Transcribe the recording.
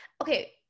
okay